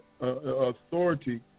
authority